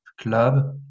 club